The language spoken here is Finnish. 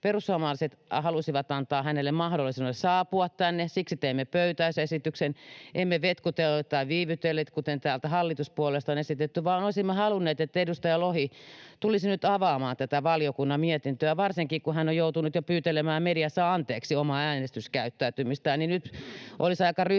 Perussuomalaiset halusivat antaa hänelle mahdollisuuden saapua tänne, ja siksi teimme pöytäysesityksen. Emme vetkutelleet tai viivytelleet, kuten täältä hallituspuolueista on esitetty, vaan olisimme halunneet, että edustaja Lohi tulisi nyt avaamaan tätä valiokunnan mietintöä, varsinkin kun hän on jo joutunut pyytelemään mediassa anteeksi omaa äänestyskäyttäytymistään.